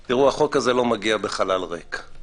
תראו, החוק מגיע בחלל ריק.